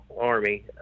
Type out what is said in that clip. army